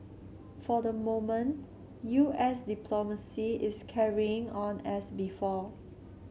for the moment U S diplomacy is carrying on as before